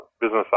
business